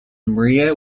maria